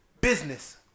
Business